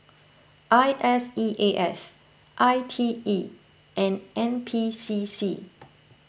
I S E A S I T E and N P C C